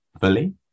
fully